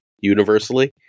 universally